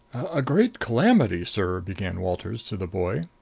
a great calamity, sir began walters to the boy.